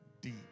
deep